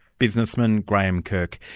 businessman graeme kirk.